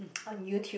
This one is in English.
on YouTube